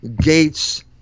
gates